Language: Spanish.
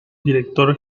director